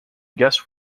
guest